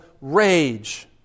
rage